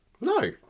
No